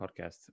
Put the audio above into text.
podcast